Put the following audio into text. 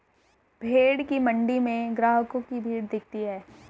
भेंड़ की मण्डी में ग्राहकों की भीड़ दिखती है